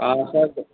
हँ सर छै